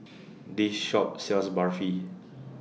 This Shop sells Barfi